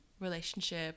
relationship